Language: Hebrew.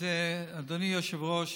אז אדוני היושב-ראש,